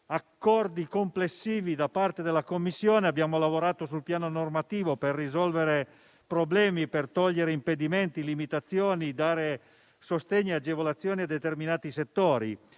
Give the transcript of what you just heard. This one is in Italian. accordi complessivi da parte della Commissione, si è lavorato sul piano normativo per risolvere problemi, per togliere impedimenti e limitazioni, dando sostegno e agevolazione a determinati settori.